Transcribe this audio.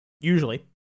usually